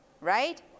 Right